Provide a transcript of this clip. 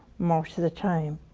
most of the time,